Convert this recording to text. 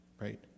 right